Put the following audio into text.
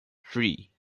three